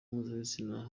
mpuzabitsina